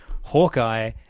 Hawkeye